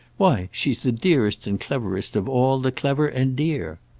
why she's the dearest and cleverest of all the clever and dear.